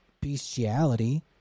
bestiality